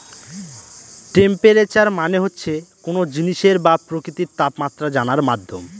temperature মানে হচ্ছে কোনো জিনিসের বা প্রকৃতির তাপমাত্রা জানার মাধ্যম